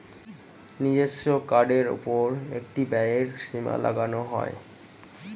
নিজস্ব কার্ডের উপর একটি ব্যয়ের সীমা লাগানো যায়